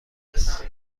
است